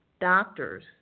doctors